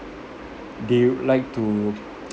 they would like to